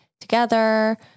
together